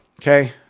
Okay